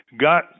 got